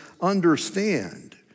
understand